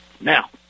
Now